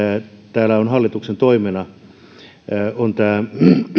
täällä on hallituksen toimena